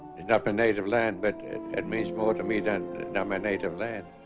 in upper native land but ed meese more to me than denominator land